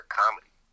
comedy